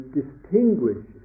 distinguish